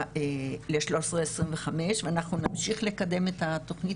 ל-1325 ואנחנו נמשיך לקדם את התוכנית